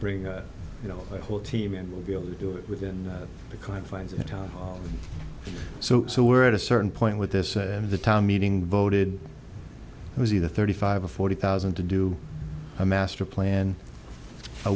bring you know the whole team and will be able to do it within the confines of the town so so we're at a certain point with this and the town meeting voted it was either thirty five or forty thousand to do a master